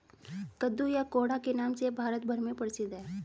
कद्दू या कोहड़ा के नाम से यह भारत भर में प्रसिद्ध है